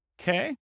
okay